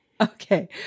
Okay